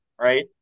right